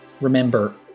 remember